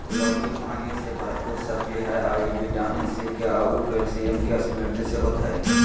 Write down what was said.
लौकी पानी से भरपूर सब्जी हइ अ विटामिन सी, के आऊ कैल्शियम के समृद्ध स्रोत हइ